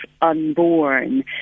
unborn